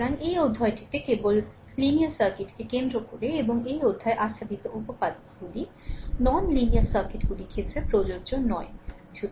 সুতরাং এই অধ্যায়টিতে কেবল রৈখিক সার্কিটকে কেন্দ্র করে এবং এই অধ্যায়ে আচ্ছাদিত উপপাদাগুলি নন লিনিয়ার সার্কিটগুলির ক্ষেত্রে প্রযোজ্য নয় এটি